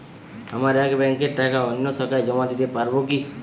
আমার এক ব্যাঙ্কের টাকা অন্য শাখায় জমা দিতে পারব কি?